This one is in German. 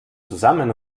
zusammen